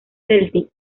celtic